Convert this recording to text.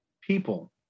people